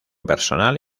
personal